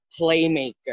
playmaker